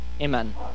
Amen